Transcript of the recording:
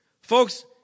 folks